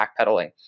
backpedaling